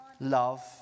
love